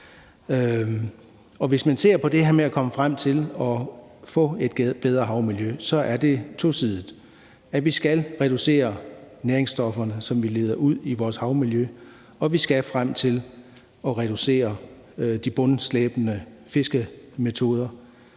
Hvis man ser på det her med at komme frem til at få et bedre havmiljø, er det tosidet. Vi skal reducere næringsstofferne, som vi leder ud i vores havmiljø, og vi skal frem til at reducere de bundslæbende fiskemetoder,